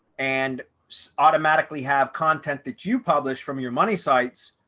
and automatically have content that you publish from your money sites,